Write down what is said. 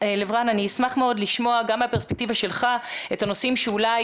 אני אשמח לשמוע גם מהפרספקטיבה שלך את הנושאים שאולי